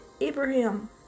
Abraham